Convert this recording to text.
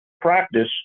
practice